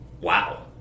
Wow